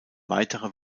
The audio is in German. weiterer